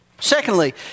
Secondly